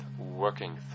working